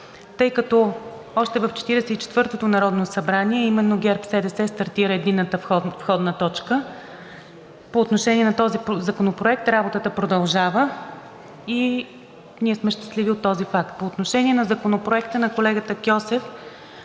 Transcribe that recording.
и четвъртото народно събрание именно ГЕРБ-СДС стартира Единната входна точка. По отношение на този законопроект работата продължава и ние сме щастливи от този факт. По отношение на Законопроекта на колегата Кьосев.